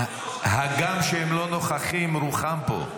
הגם שהם לא נוכחים, רוחם פה.